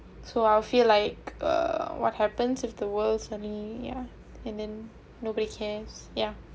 so I'll feel like uh what happens if the world's suddenly yeah and then nobody cares yeah